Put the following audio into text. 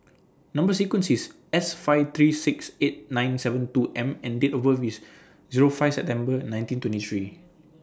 Number sequence IS S five three six eight nine seven two M and Date of birth IS Zero five September nineteen twenty three